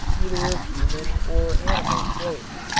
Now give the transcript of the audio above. either of human or animal slaves,